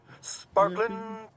Sparkling